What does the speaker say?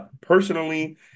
Personally